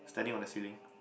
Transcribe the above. standing on the ceiling